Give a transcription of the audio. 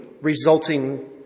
resulting